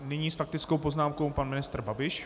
Nyní s faktickou poznámkou pan ministr Babiš.